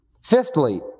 Fifthly